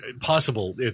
possible